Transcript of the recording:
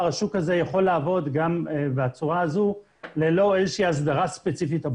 השוק הזה יכול לעבוד בצורה הזו ללא איזושהי הסדרה ספציפית.